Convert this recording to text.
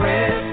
Red